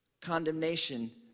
condemnation